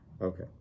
Okay